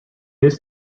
his